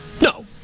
No